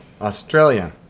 Australia